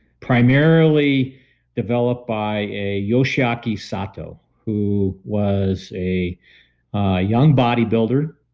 primarily developed by a yoshiaki sato who was a a young bodybuilder.